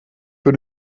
für